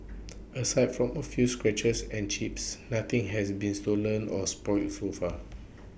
aside from A few scratches and chips nothing has been stolen or spoilt so far